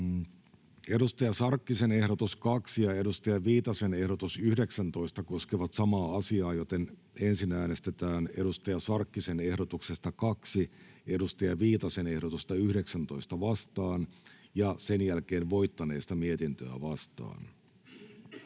Hanna Sarkkisen ehdotus 2 ja Pia Viitasen ehdotus 19 koskevat samaa asiaa, joten ensin äänestetään Hanna Sarkkisen ehdotuksesta 2 Pia Viitasen ehdotusta 19 vastaan ja sen jälkeen voittaneesta mietintöä vastaan.